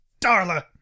Darla